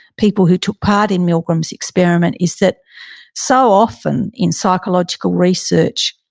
people who took part in milgram's experiment, is that so often in psychological research